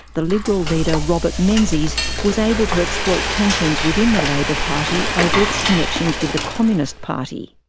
the liberal leader robert menzies was able to exploit tensions within the labor party over its connections with the communist party.